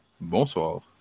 Bonsoir